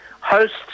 hosts